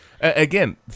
again